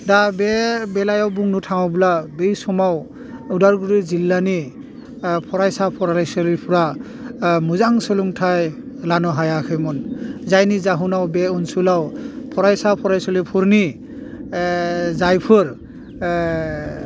दा बे बेलायाव बुंनो थाङोब्ला बै समाव अदालगुरि जिल्लानि ओह फरायसा फरायसुलिफ्रा मोजां सोलोंथाइ लानो हायाखैमोन जायनि जाहनाव बे अनसोलाव फरायसा फरायसुलिफोरनि जायफोर